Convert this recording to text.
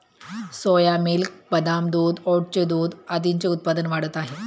सोया milk, बदाम दूध, ओटचे दूध आदींचे उत्पादन वाढत आहे